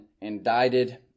indicted